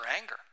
anger